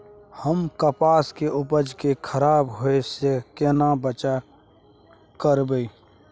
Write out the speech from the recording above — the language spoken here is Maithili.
हम कपास के उपज के खराब होय से केना बचाव करबै?